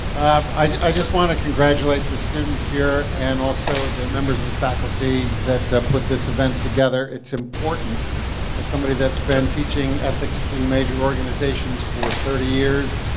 i just want to congratulate the students here and also the members of the faculty that put this event together. it's important as somebody that's been teaching ethics to major organizations for thirty years.